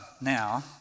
now